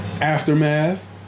Aftermath